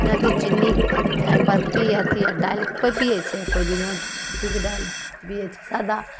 जेनाकि चिन्नी चाइपत्ती अथी आर डालिके कोइ पिए छै कोइ बिना अथीके डालिके पिए छै सादा